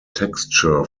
texture